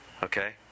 okay